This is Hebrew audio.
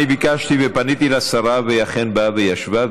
אני ביקשתי ופניתי לשרה והיא אכן באה וישבה,